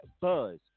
buzz